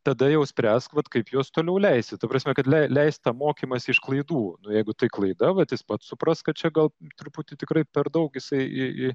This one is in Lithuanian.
tada jau spręsk vat kaip juos toliau leisi ta prasme kad leis leist tą mokymąsi iš klaidų jeigu tai klaida vat jis pats supras kad čia gal truputį tikrai per daug jisai